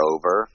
Over